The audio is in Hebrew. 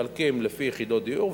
מחלקים לפי יחידות דיור,